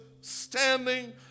standing